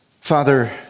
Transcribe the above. Father